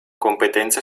competenze